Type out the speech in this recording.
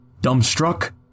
Dumbstruck